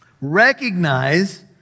Recognize